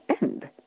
end